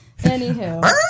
Anywho